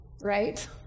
right